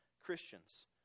Christians